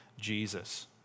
Jesus